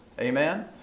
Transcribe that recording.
Amen